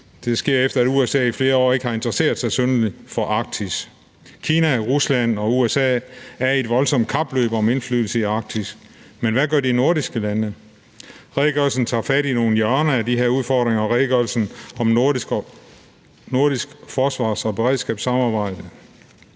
Det sker, efter at USA i flere år ikke har interesseret sig synderligt for Arktis. Kina og Rusland og USA er i et voldsomt kapløb om indflydelse i Arktis, men hvad gør de nordiske lande? Redegørelsen om det nordiske forsvars- og beredskabssamarbejde